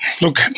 Look